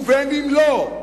ובין אם לא.